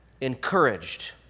encouraged